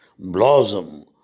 blossom